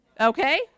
Okay